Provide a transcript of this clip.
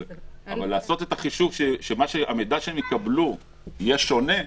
אבל לעשות את החישוב, שהמידע שהם יקבלו יהיה שונה,